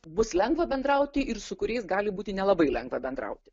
bus lengva bendrauti ir su kuriais gali būti nelabai lengva bendrauti